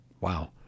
Wow